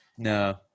No